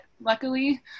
luckily